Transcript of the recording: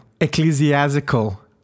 ecclesiastical